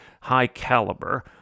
high-caliber